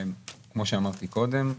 כמו שאמרתי קודם,